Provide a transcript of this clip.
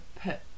put